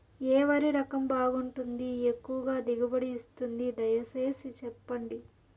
ఏ వరి రకం బాగుంటుంది, ఎక్కువగా దిగుబడి ఇస్తుంది దయసేసి చెప్పండి?